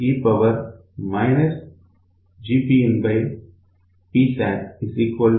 PinPsat 0 అవుతుంది